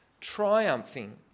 triumphing